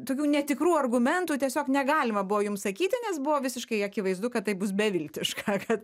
tokių netikrų argumentų tiesiog negalima buvo jums sakyti nes buvo visiškai akivaizdu kad tai bus beviltiška kad